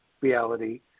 reality